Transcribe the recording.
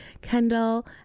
Kendall